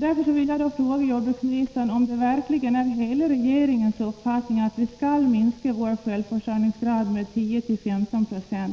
Därför vill jag fråga jordbruksministern om det verkligen är hela regeringens uppfattning att vi skall minska vår självförsörjningsgrad med 10-15 26